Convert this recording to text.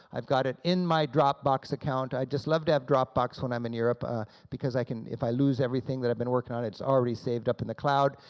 i've got it in my dropbox account. i just love to have dropbox when i'm in europe ah because i can if i lose everything that i've been working on it's already saved up in the cloud,